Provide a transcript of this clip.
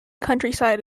countryside